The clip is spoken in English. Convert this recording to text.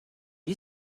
you